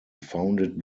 founded